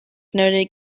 noted